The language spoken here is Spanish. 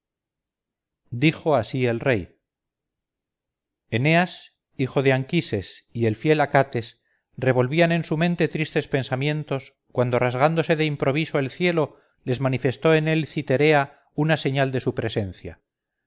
dijo así el rey eneas hijo de anquises y el fiel acates revolvían en su mente tristes pensamientos cuando rasgándose de improviso el cielo les manifestó en él citerea una señal de su presencia